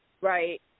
right